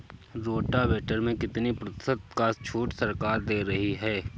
Rotavator में कितनी प्रतिशत का छूट सरकार दे रही है?